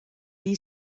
die